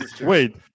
wait